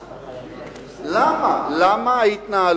למה?